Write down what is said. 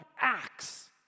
acts